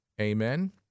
amen